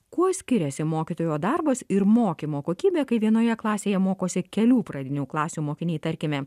kuo skiriasi mokytojo darbas ir mokymo kokybė kai vienoje klasėje mokosi kelių pradinių klasių mokiniai tarkime